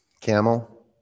Camel